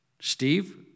Steve